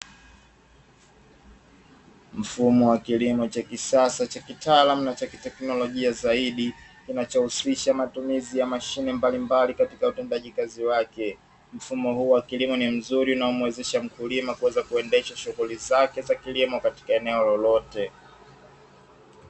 Mfumo wa kilimo cha kisasa cha kitaalamu na cha kiteknolojia zaidi kinachohusisha matumizi ya mashine mbalimbali katika utendaji kazi wake. Mfumo huu wa kilimo ni mzuri na kumuwezesha mkulima kuweza kuendesha shughuli zake za kilimo katika eneo lolote.